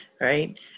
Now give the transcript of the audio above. right